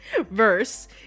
verse